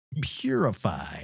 purify